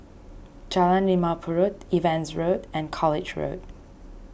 Jalan Limau Purut Evans Road and College Road